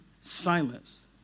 silence